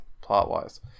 plot-wise